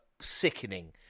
sickening